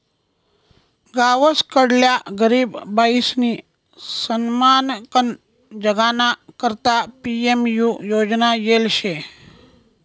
गावसकडल्या गरीब बायीसनी सन्मानकन जगाना करता पी.एम.यु योजना येल शे